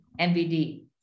MVD